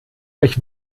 euch